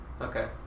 Okay